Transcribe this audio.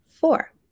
four